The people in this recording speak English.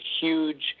huge